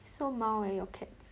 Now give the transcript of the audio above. so mild leh your cats